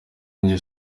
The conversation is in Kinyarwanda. njye